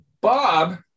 Bob